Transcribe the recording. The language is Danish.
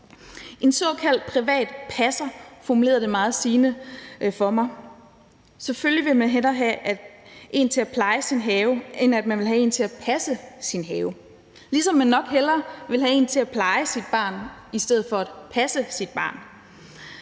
En såkaldt privat passer formulerede det meget sigende for mig: at selvfølgelig vil man hellere have en til at pleje sin have, end at man vil have en til at passe sin have, ligesom man nok hellere vil have en til at pleje sit barn end til at passe sit barn.